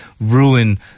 ruin